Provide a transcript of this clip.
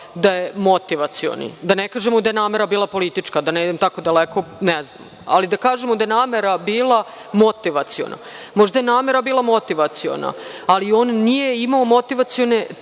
da je motivacioni, da ne kažemo da je namera bila politička, da ne idemo tamo daleko, ali da kažemo da je namera bila motivaciona. Možda je namera bila motivaciona, ali on nije imao efekte,